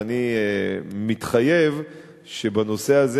ואני מתחייב שבנושא הזה,